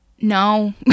no